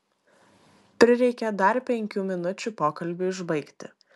prireikė dar penkių minučių pokalbiui užbaigti